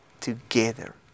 together